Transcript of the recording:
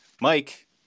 Mike